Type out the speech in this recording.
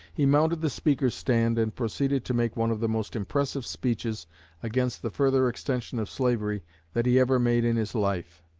he mounted the speaker's stand and proceeded to make one of the most impressive speeches against the further extension of slavery that he ever made in his life.